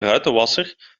ruitenwasser